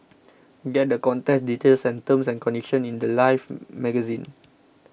get the contest details and terms and conditions in the Life magazine